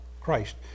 Christ